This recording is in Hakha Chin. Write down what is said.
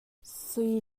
sui